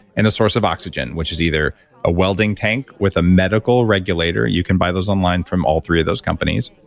and the source of oxygen, which is either a welding tank with a medical regulator, you can buy those online from all three of those companies,